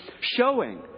showing